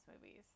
movies